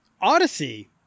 Odyssey